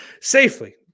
safely